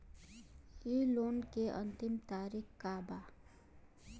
इ लोन के अन्तिम तारीख का बा?